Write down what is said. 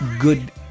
good